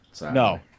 No